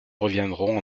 reviendrons